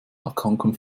erkrankung